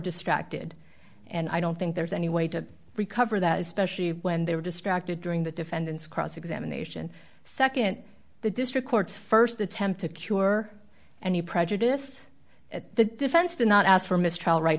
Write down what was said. distracted and i don't think there's any way to recover that especially when they were distracted during the defendant's cross examination nd the district court's st attempt to cure any prejudice at the defense did not